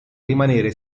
rimanere